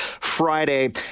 Friday